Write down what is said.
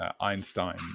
Einstein